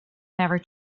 never